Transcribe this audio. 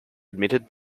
admitted